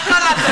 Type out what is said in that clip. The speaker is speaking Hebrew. וכל זה למה?